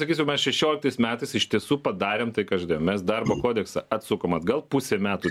sakyčiau mes šešioliktas metais iš tiesų padarėm tai ką žadėjom mes darbo kodeksą atsukom atgal pusė metų